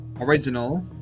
original